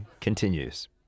continues